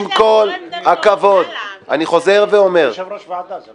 עם כל הכבוד ----- חוק